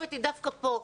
הכתובת היא דווקא כאן.